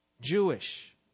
Jewish